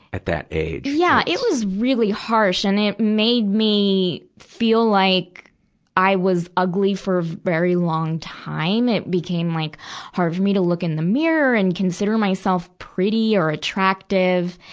at that age. yeah. it was really harsh. and it made me feel like i was ugly for a very long time. it became like hard for me to look in the mirror and consider myself pretty or attractive.